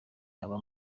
aba